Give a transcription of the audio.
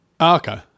Okay